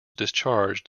discharged